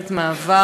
ובממשלת מעבר?